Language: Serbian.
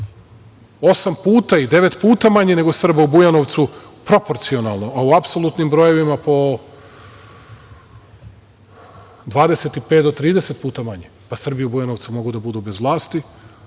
puta i devet puta manje nego Srba u Bujanovcu, proporcionalno, a u apsolutnim brojevima po 25 do 30 puta manje. Pa, Srbi u Bujanovcu mogu da budu bez vlasti,